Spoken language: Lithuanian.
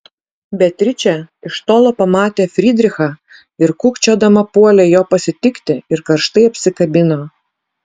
beatričė iš tolo pamatė frydrichą ir kūkčiodama puolė jo pasitikti ir karštai apsikabino